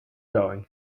going